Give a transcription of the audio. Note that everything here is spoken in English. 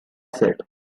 said